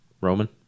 Roman